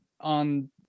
on